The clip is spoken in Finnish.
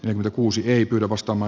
denver kuusi heidi kyrö kostamo